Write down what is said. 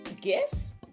guess